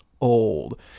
old